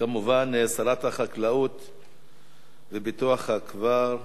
כמובן, שרת החקלאות ופיתוח הכפר,